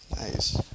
Nice